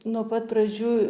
nuo pat pradžių